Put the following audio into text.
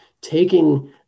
taking